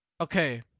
Okay